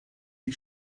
die